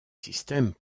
systèmes